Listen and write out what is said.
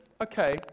okay